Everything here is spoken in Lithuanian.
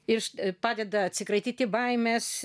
iš padeda atsikratyti baimės